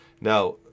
Now